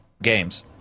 games